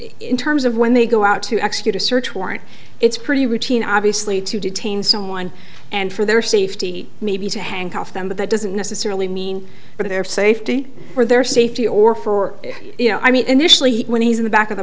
in terms of when they go out to execute a search warrant it's pretty routine obviously to detain someone and for their safety maybe to handcuff them but that doesn't necessarily mean that their safety or their safety or for you know i mean initially when he's in the back of